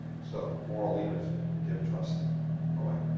so moral leaders give trust away.